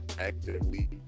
actively